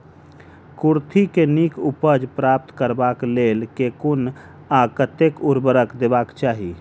कुर्थी केँ नीक उपज प्राप्त करबाक लेल केँ कुन आ कतेक उर्वरक देबाक चाहि?